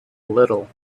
little